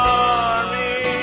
army